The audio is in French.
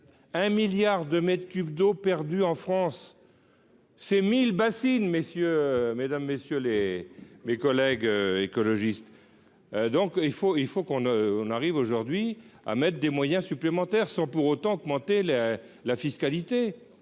un milliard de mètres cubes d'eau perdue en France c'est 1000 bassine, messieurs, mesdames, messieurs les mes collègues écologistes, donc il faut il faut qu'on ne on arrive aujourd'hui à mettre des moyens supplémentaires, sans pour autant augmenter la la fiscalité